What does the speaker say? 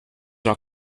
are